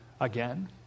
again